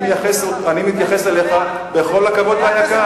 אני מתייחס אליך בכל הכבוד והיקר.